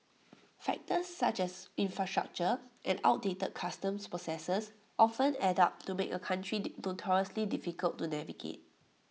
factors such as infrastructure and outdated customs processes often add up to make A country notoriously difficult to navigate